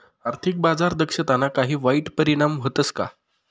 आर्थिक बाजार दक्षताना काही वाईट परिणाम व्हतस का